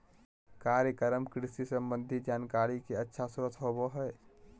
कार्यक्रम कृषि संबंधी जानकारी के अच्छा स्रोत होबय हइ